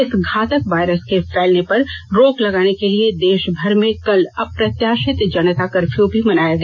इस घातक वायरस के फैलने पर रोक लगाने के लिए देशभर में कल अप्रत्याशित जनता कर्फयू भी मनाया गया